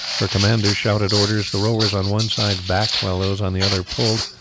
her commander shouted orders. the rowers on one side backed while those on the other pulled,